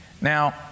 Now